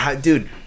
dude